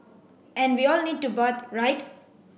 and we all need to bathe right